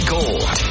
Gold